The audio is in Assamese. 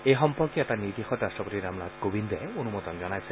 এই সম্পৰ্কীয় এটা নিৰ্দেশত ৰাট্টপতি ৰামনাথ কোবিন্দে অনুমোদন জনাইছে